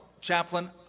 chaplain